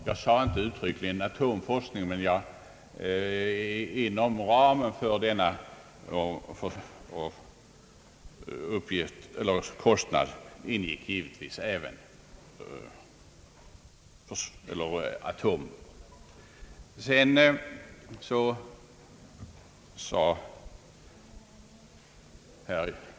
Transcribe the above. Jag nämnde inte direkt atomforskningen, men inom ramen för den uppgivna kostnadsandelen av bruttonationalprodukten faller givetvis också denna forskning. Motsvarande gäller Sovjetunionen.